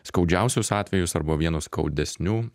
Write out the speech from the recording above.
skaudžiausius atvejus arba vienus skaudesnių